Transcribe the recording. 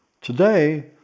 Today